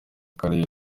karere